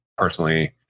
Personally